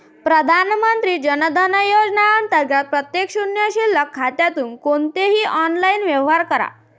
प्रधानमंत्री जन धन योजना अंतर्गत प्रत्येक शून्य शिल्लक खात्यातून कोणतेही ऑनलाइन व्यवहार करा